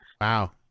Wow